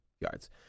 yards